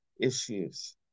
issues